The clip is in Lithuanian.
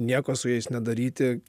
nieko su jais nedaryti